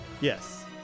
Yes